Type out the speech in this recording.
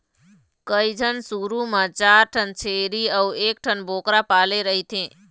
कइझन शुरू म चार ठन छेरी अउ एकठन बोकरा पाले रहिथे